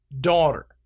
daughter